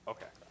Okay